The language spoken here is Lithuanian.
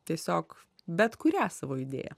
tiesiog bet kurią savo idėją